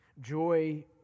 Joy